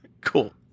Cool